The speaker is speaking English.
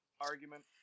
argument